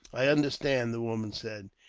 i understand, the woman said.